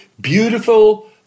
beautiful